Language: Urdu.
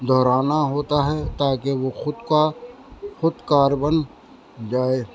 دہرانا ہوتا ہے تا کہ وہ خود کا خود کاربن جائے